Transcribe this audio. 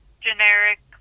generic